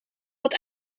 wat